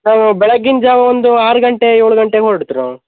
ನಾವು ಬೆಳಗ್ಗಿನ ಜಾವ ಒಂದು ಆರು ಗಂಟೆ ಏಳು ಗಂಟೆಗೆ ಹೊರಡ್ತ್ರು